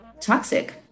toxic